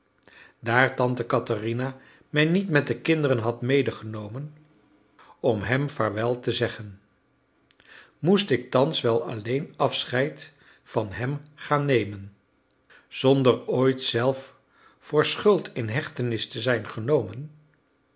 daar tante katherina mij niet met de kinderen had medegenomen om hem vaarwel te zeggen moest ik thans wel alleen afscheid van hem gaan nemen zonder ooit zelf voor schuld in hechtenis te zijn genomen